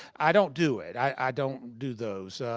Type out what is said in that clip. i don't do it. i don't do those.